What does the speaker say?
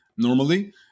Normally